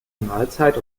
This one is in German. mahlzeit